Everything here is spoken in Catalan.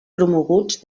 promoguts